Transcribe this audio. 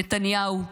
נתניהו,